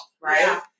right